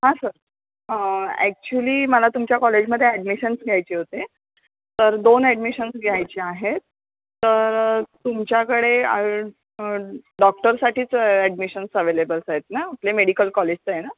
हा sir actually मला तुमच्या कॉलेजमध्ये ॲडमिशन्स घ्यायचे होते तर दोन ॲडमिशन्स घ्यायचे आहेत तर तुमच्याकडे आ ए डॉक्टरसाठीच ॲडमिशन्स अवेलेबलस आहेत ना आपले मेडिकल कॉलेजचं आहे ना